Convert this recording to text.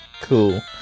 Cool